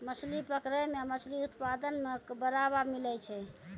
मछली पकड़ै मे मछली उत्पादन मे बड़ावा मिलै छै